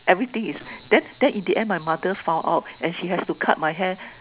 everything is then then in the end my mother found out then she has to cut my hair